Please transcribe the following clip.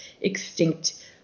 extinct